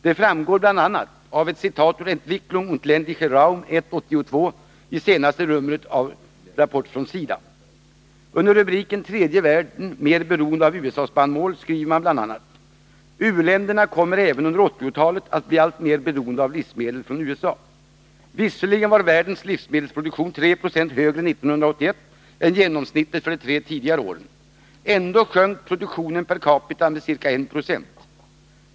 Det framgår bl.a. av ett citat ur Entwicklung + Ländlicher Raum 1/82 i senaste numret av Rapport från SIDA. Under rubriken: ”Tredje världen mer beroende av USA-spannmål” skriver man där bl.a.: ”U-länderna kommer även under åttiotalet att bli alltmer beroende av livsmedel från USA. Visserligen var världens livsmedelsproduktion 3 procent högre 1981 än genomsnittet för de tre tidigare åren. Ändå sjönk produktionen per capita med ca 1 procent.